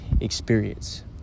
experience